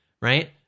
Right